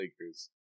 Lakers